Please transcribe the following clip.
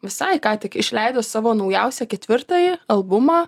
visai ką tik išleido savo naujausią ketvirtąjį albumą